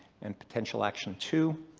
and potential action two,